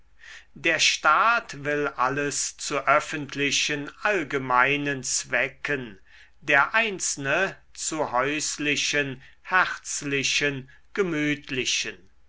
der staat will alles zu öffentlichen allgemeinen zwecken der einzelne zu häuslichen herzlichen gemütlichen